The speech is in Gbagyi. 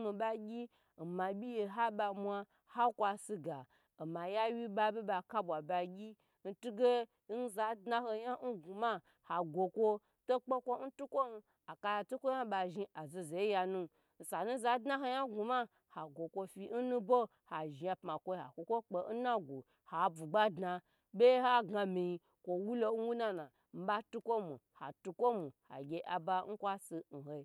mi bagye n mabyi hai mwa hai kwasi ga omaya wyi babe bagyi n tugye n za dnaho nya n gwuma ho goko to tuko n tukon a kaya tukonya bazhi zozoyi yanu osa n za dnanya n gwuma gokofi n nubo hazhni pma koi hako ko kpya n nagu habugba dna baye hagnami kowulo wunana n batukomu hatu komu hagye aba n kwasi hai